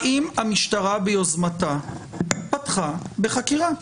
האם המשטרה ביוזמתה פתחה בחקירה?